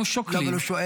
נו,